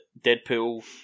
Deadpool